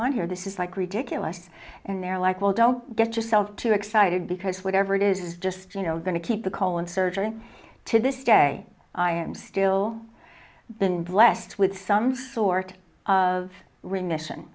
on here this is like ridiculous and they're like well don't get yourself too excited because whatever it is is just you know going to keep the colon surgery to this day i am still been blessed with some sort of remission